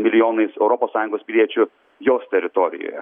milijonais europos sąjungos piliečių jos teritorijoje